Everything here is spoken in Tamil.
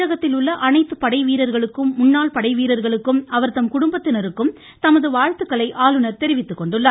தமிழகத்தில் உள்ள அனைத்து படைவீரர்களுக்கும் முன்னாள் படை வீரர்களுக்கும் அவர்தம் குடும்பத்தினருக்கும் தமது வாழ்த்துக்களை ஆளுனர் தெரிவித்துக்கொண்டுள்ளார்